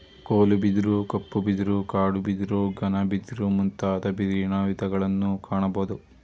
ಕೋಲು ಬಿದಿರು, ಕಪ್ಪು ಬಿದಿರು, ಕಾಡು ಬಿದಿರು, ಘನ ಬಿದಿರು ಮುಂತಾದ ಬಿದಿರಿನ ವಿಧಗಳನ್ನು ಕಾಣಬೋದು